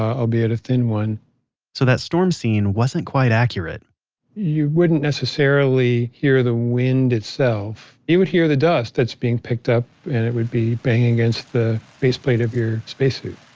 albeit a thin one so that storm scene wasn't quite accurate you wouldn't necessarily hear the wind itself, you would hear the dust that's being picked up and it would be banging against the faceplate of your spacesuit